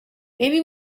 maybe